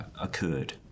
occurred